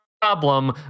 problem